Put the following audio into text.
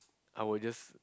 I will just